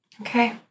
Okay